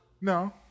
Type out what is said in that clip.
No